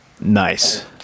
Nice